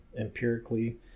empirically